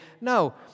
No